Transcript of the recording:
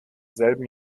selben